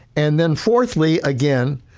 and then fourthly, again,